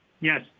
Yes